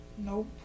nope